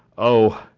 oh,